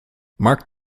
mark